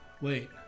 Wait